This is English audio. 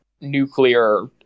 nuclear